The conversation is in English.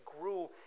grew